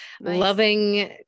loving